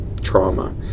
trauma